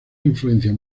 influencia